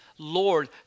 Lord